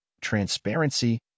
transparency